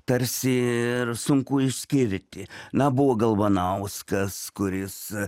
tarsi ir sunku išskirti na buvo galvanauskas kuris